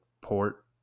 port